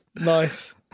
Nice